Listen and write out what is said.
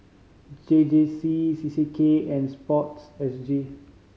J J C C C K and SPORTSG